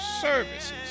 services